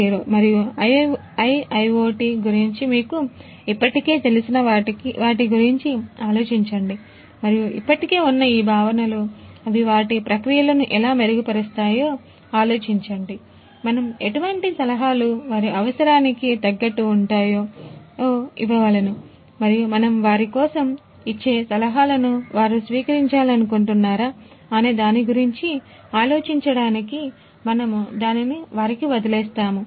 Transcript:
0 మరియు IIoT గురించి మీకు ఇప్పటికే తెలిసిన వాటి గురించి ఆలోచించండి మరియు ఇప్పటికే ఉన్న ఈ భావనలుఅవి వాటి ప్రక్రియలను ఎలా మెరుగుపరుస్తాయో ఆలోచించండి మరియు మనం ఎటువంటి సలహాలు వారి అవసరానికి తగ్గట్టు ఉంటాయో అవి ఇవ్వవలెను మరియు మనము వారి కోసం ఇచ్చే సలహాలను వారు స్వీకరించాలనుకుంటున్నారా అనే దాని గురించి ఆలోచించడానికి మనము దానిని వారికి వదిలివేస్తాము